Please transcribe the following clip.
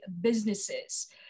businesses